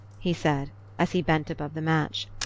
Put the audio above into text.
he said as he bent above the match.